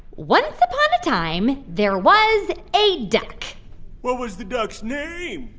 once upon a time, there was a duck what was the duck's name?